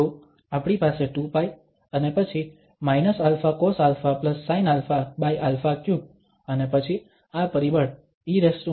તો આપણી પાસે 2π અને પછી −αcosαsinαα3 અને પછી આ પરિબળ e iαxdα છે